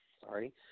sorry